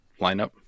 lineup